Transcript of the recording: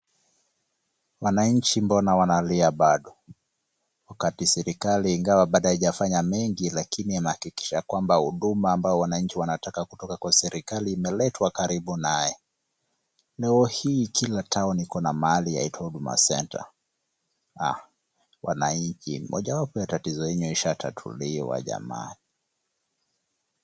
Wananchi mbona wanalia bado wakati serikali ingawa bado haijafanya mengi lakini imehakikisha kwamba huduma ambayo wananchi wanataka kutoka kwa serikali imeletwa karibu naye. Leo hii kila town iko na mahali yaitwa Huduma Centre, wananchi mojawapo ya tatizo yenyu ishatatuliwa jamani.